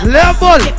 Level